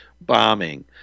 bombing